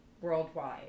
worldwide